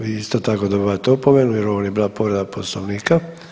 Vi isto tako dobivate opomenu jer ovo nije bila povreda Poslovnika.